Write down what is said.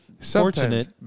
fortunate